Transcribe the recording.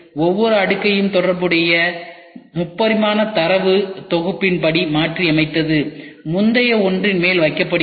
ஒவ்வொரு அடுக்கையும் தொடர்புடைய 3 பரிமாண தரவு தொகுப்பின் படி மாற்றியமைத்து முந்தைய ஒன்றின் மேல் வைக்கப்படுகிறது